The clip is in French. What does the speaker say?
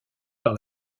par